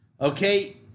Okay